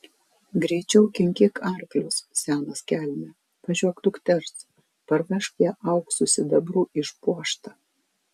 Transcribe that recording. greičiau kinkyk arklius senas kelme važiuok dukters parvežk ją auksu sidabru išpuoštą